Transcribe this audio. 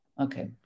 Okay